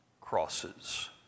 crosses